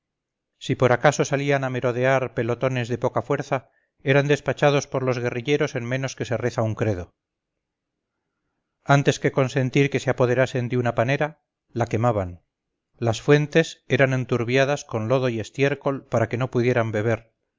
si por acaso salían a merodear pelotones de poca fuerza eran despachados por los guerrilleros en menos que se reza un credo antes que consentir que se apoderasen de una panera la quemaban las fuentes eran enturbiadas con lodo y estiércol para que no pudieran beber